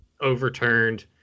overturned